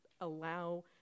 allow